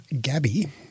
Gabby